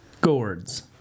gourds